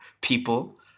people